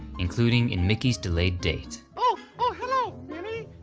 including in mickey's delayed date. oh, oh hello minnie.